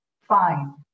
fine